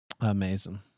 Amazing